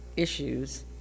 issues